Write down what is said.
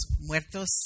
Muertos